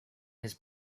his